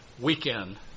weekend